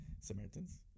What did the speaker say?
Samaritans